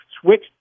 switch